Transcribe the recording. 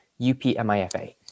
UPMIFA